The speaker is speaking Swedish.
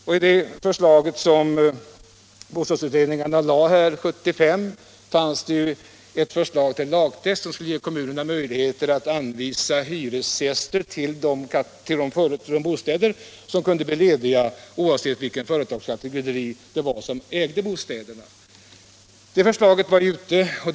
Och i det förslag som bostadsutredningen framlade 1975 fanns ju en lagtext som skulle ge kommunerna möjligheter att anvisa hyresgäster till de bostäder som kunde bli lediga, oavsett vilken företagskategori som ägde bostäderna. Det här förslaget var ute på remiss.